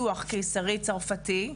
ניתוח קיסרי צרפתי.